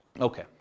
Okay